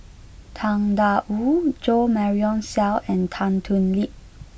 Tang Da Wu Jo Marion Seow and Tan Thoon Lip